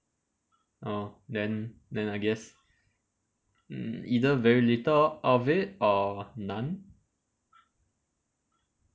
orh then then I guess mm either very little of it or none